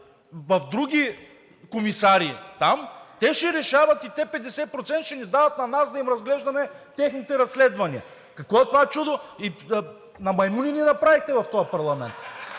други комисари там, ще решават и те 50%, ще ни дават на нас да им разглеждаме техните разследвания! Какво е това чудо? На маймуни ни направихте в този парламент!